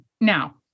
Now